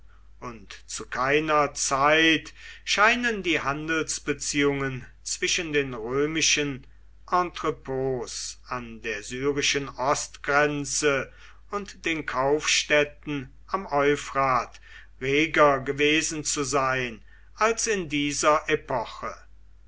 und zu keiner zeit scheinen die handelsbeziehungen zwischen den römischen entrepts an der syrischen ostgrenze und den kaufstädten am euphrat reger gewesen zu sein als in dieser epoche